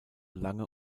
lange